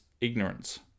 ignorance